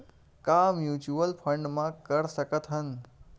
का mutual fund म कर सकत हन?